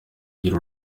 agira